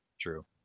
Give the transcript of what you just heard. true